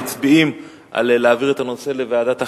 מצביעים על העברת הנושא לוועדת החינוך.